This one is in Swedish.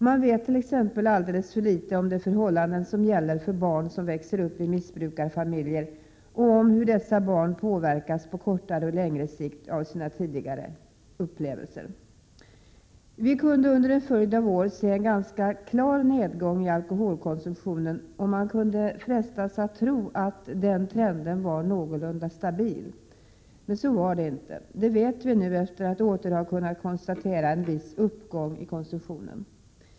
Man vet t.ex. alldeles för litet om de förhållanden som gäller för barn som växer upp i missbrukarfamiljer och om hur dessa barn påverkas på kortare och längre sikt av sina tidiga upplevelser. Vi kunde under en följd av år se en ganska klar nedgång i alkoholkonsumtionen, och man kunde frestas att tro att den trenden var någorlunda stabil. Men så var det inte. Det vet vi nu efter att åter ha kunnat konstatera en viss uppgång i konsumtionen.